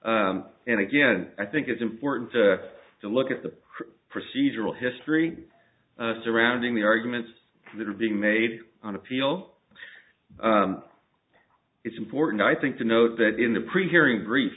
may and again i think it's important to look at the procedural history surrounding the arguments that are being made on appeal it's important i think to note that in the pre hearing grief